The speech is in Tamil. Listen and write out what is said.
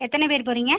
எத்தனை பேர் போகிறிங்க